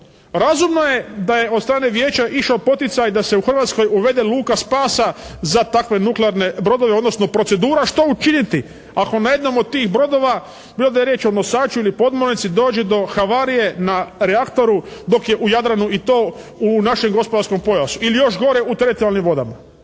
razumno je da je od strane vijeća išao poticaj da se u Hrvatskoj uvede luka spasa za takve nuklearne brodove, odnosno procedura što učiniti ako na jednom od tih brodova bilo da je riječ o nosaču ili podmornici dođe do havarije na reaktoru dok je u Jadranu i to u našem gospodarskom pojasu ili još gore u teritorijalnim vodama.